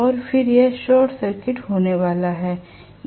और फिर यह शॉर्ट सर्किट होने वाला है